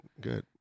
good